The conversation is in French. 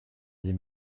dit